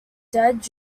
dead